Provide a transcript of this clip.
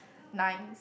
nine